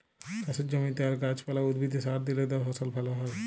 চাষের জমিতে আর গাহাচ পালা, উদ্ভিদে সার দিইলে ফসল ভাল হ্যয়